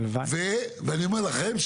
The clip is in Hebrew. ואני אומר לכם,